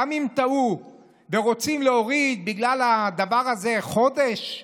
גם אם טעו ורוצים להוריד בגלל הדבר הזה חודש,